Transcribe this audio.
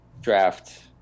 draft